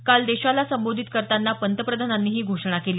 काल देशाला संबोधित करताना पंतप्रधानांनी ही घोषणा केली